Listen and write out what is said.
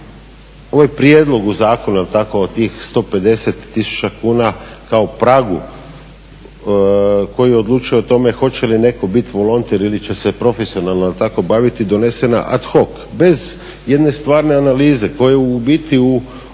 ovaj prijedlog u zakonu, je li tako od tih 150 tisuća kuna kao pragu koji odlučuje o tome hoće li netko biti volonter ili će se profesionalno tako baviti donesena ad hoc bez jedne stvarne analize koju u biti u ovom